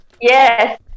Yes